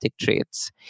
traits